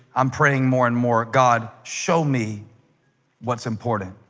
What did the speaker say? i'm praying more and more god show me what's important?